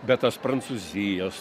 bet tas prancūzijos